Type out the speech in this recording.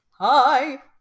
Hi